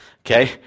Okay